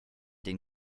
den